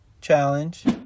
challenge